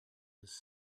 was